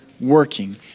working